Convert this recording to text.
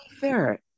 fair